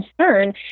concern